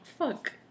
fuck